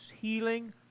healing